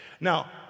Now